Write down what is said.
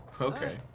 Okay